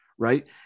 right